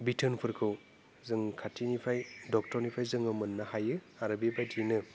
बिथोनफोरखौ जों खाथिनिफ्राय डक्टरनिफ्राय जोङो मोननो हायो आरो बे बायदिनो